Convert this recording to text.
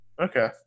Okay